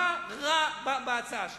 מה רע בהצעה שלי?